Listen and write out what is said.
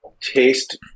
taste